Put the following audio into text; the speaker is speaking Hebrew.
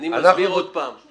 אני מסביר עוד פעם.